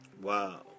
Wow